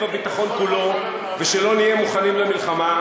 הביטחון כולו ולא נהיה מוכנים למלחמה,